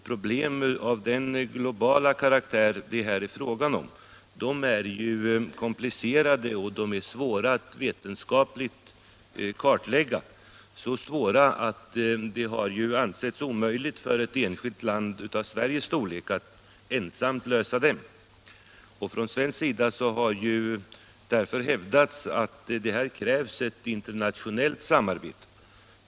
Problem av den globala karaktär det här är fråga om är komplicerade och svåra att vetenskapligt kartlägga, så svåra att det har ansetts omöjligt för ett enskilt land av Sveriges storlek att ensamt lösa dem. Från svensk sida har därför hävdats att här krävs ett internationellt samarbete.